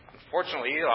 Unfortunately